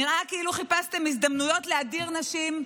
נראה כאילו חיפשתם הזדמנויות להדיר נשים,